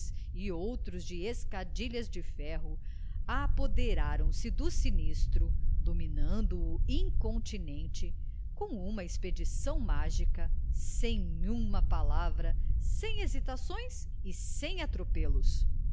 e outros de escadilhas de ferro apoderaram se do sinistro dominando o incontinenti como uma expedição mágica sem uma palavra sem hesitações e sem atropelos